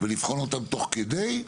ולבחון אותם תוך כדי ,